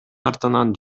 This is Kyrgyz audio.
артынан